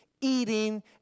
eating